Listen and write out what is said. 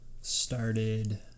started